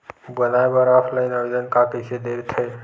बनाये बर ऑफलाइन आवेदन का कइसे दे थे?